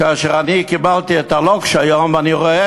כאשר אני מקבל את ה"לוקש" היום ואני רואה